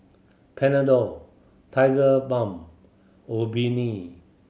Panadol Tigerbalm Obimin